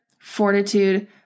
fortitude